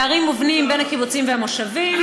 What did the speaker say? פערים מובנים בין הקיבוצים והמושבים